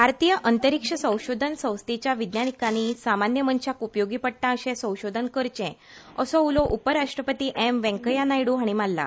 भारतीय अंतरीक्ष संशोधन संस्थेच्या विज्ञानिकांनी सामान्य मनशाक उपयोगी पडटा अशें संशोधन करचें असो उलो अप राश्ट्रपती एम वैंकय्या नायडू हांणी मारला